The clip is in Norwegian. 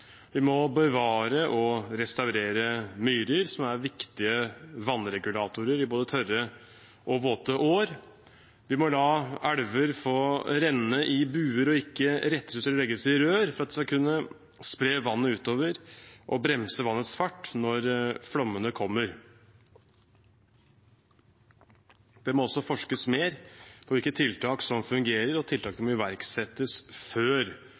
Vi må bevare og restaurere myrer, som er viktige vannregulatorer i både tørre og våte år. Vi må la elver få renne i buer og ikke rettes ut og legges i rør, for at de skal kunne spre vannet utover og bremse vannets fart når flommene kommer. Det må også forskes mer på hvilke tiltak som fungerer, og tiltakene må iverksettes før